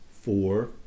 four